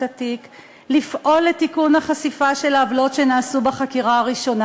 התיק ולפעול לתיקון ולחשיפה של העוולות שנעשו בחקירה הראשונה,